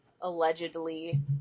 allegedly